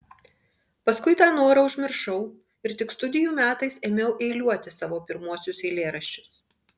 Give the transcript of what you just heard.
paskui tą norą užmiršau ir tik studijų metais ėmiau eiliuoti savo pirmuosius eilėraščius